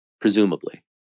presumably